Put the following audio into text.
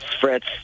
Fritz